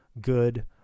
good